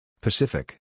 Pacific